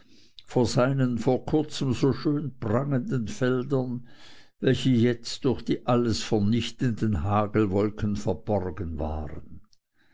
vor seinen vor kurzem so schön prangenden feldern welche jetzt durch die alles vernichtenden hagelwolken verborgen waren